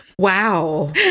Wow